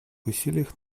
усилиях